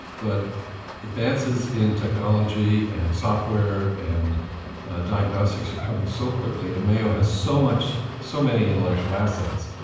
but advances in technology and software and diagnostics are coming so quickly and mayo has so much, so many intellectual assets,